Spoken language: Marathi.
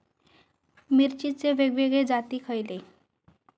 मिरचीचे वेगवेगळे जाती खयले?